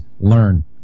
learn